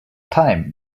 time